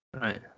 right